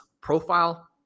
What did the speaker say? profile